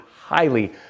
highly